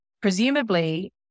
Presumably